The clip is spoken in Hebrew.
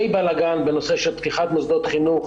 בלגן בנושא של פתיחת מוסדות חינוך,